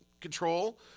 control